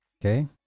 Okay